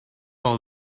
all